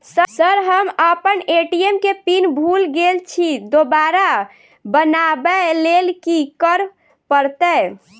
Sir हम अप्पन ATM केँ पिन भूल गेल छी दोबारा बनाबै लेल की करऽ परतै?